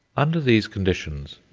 under these conditions,